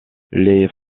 les